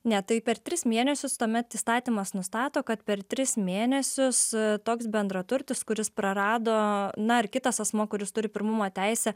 ne tai per tris mėnesius tuomet įstatymas nustato kad per tris mėnesius toks bendraturtis kuris prarado na ar kitas asmuo kuris turi pirmumo teisę